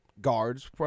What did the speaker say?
guards